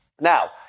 Now